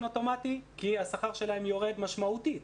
אוטומטי כי השכר שלהם יורד משמעותית,